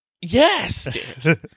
yes